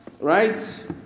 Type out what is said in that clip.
Right